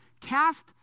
Cast